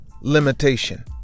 limitation